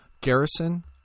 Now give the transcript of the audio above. Garrison